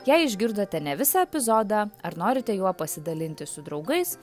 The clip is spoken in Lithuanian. jei išgirdote ne visą epizodą ar norite juo pasidalinti su draugais